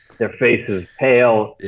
their face is pale,